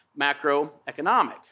macroeconomic